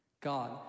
God